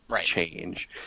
change